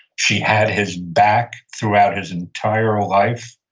she had his back throughout his entire life.